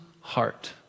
heart